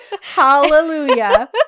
Hallelujah